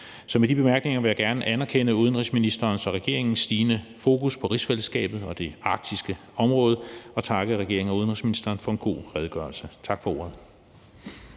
Så med de bemærkninger vil jeg gerne anerkende udenrigsministerens og regeringens stigende fokus på rigsfællesskabet og det arktiske område og takke regeringen og udenrigsministeren for en god redegørelse. Tak for ordet.